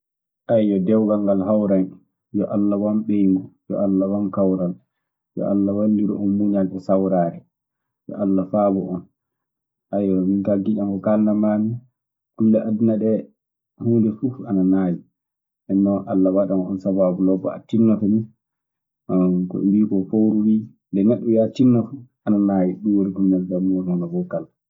yo dewgal ngal hawran'em, yo Alla wan ɓeyngu, yo Alla wan kawral, yo Alla wallir om miñal e sawraare, yo Alla faabo om. minkaa giƴam ko kaalnam maami kule aduna ɗee, huunde fuu ana naawi. Nenno, Alla waɗan on sabaabu lobbo; a tinnoto nii. ko ɓe mbiikoo, fowru wii nde neɗɗo wiyaa tinna fuu ana naawi; ɗum neldamoomi e wokkal.